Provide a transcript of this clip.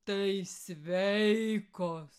tai sveikos